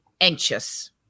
anxious